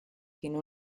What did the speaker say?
tiene